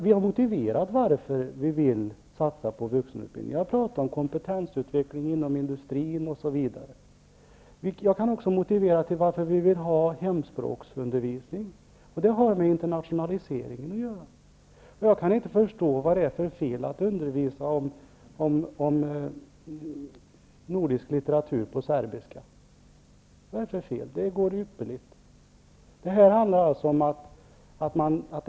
Vi motiverar varför vi vill satsa på vuxenutbildningen. Jag har talat om kompetensutveckling inom industrin osv. Jag kan också motivera varför vi vill ha hemspråksundervisning. Det har med internationaliseringen att göra. Jag kan inte förstå vad det är för fel att undervisa om nordisk litteratur på serbiska. Vad är det för fel med det? Det går ypperligt.